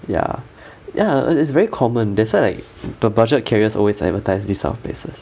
ya ya and it's very common that's why like the budget carriers always advertise this type of places